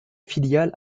filiale